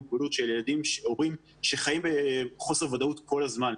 מוגבלות שאלה הורים שחיים בחוסר ודאות כל הזמן,